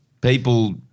people